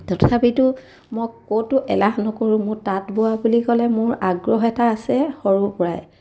তথাপিতো মই ক'তো এলাহ নকৰোঁ মোৰ তাঁত বোৱা বুলি ক'লে মোৰ আগ্ৰহ এটা আছে সৰুৰ পৰাই